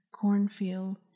cornfield